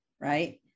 right